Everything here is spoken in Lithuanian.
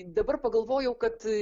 dabar pagalvojau kad tai